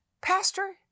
pastor